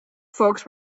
folks